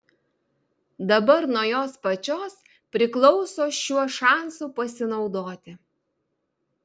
dabar nuo jos pačios priklauso šiuo šansu pasinaudoti